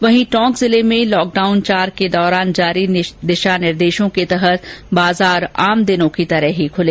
वहीं टोंक जिले में लॉकडाउन चार के दौरान जारी दिशा निर्देशों के तहत बाजार आम दिनों की तरह ही खुले